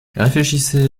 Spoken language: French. réfléchissez